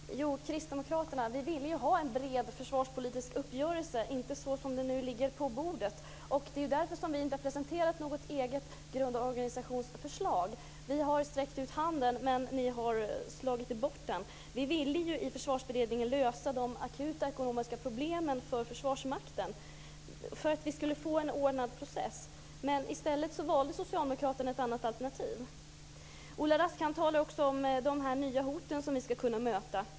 Fru talman! Kristdemokraterna ville ha en bred försvarspolitisk uppgörelse, inte så som den nu ligger på bordet. Det är därför vi inte har presenterat något eget grundorganisationsförslag. Vi har sträckt ut handen, men ni har slagit bort den. Vi ville i Försvarsberedningen lösa de akuta ekonomiska problemen för Försvarsmakten för att vi skulle få en ordnad process. Men i stället valde socialdemokraterna ett annat alternativ. Ola Rask talar också om de nya hoten som vi ska kunna möta.